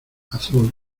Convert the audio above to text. azul